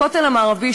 הכותל המערבי,